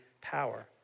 power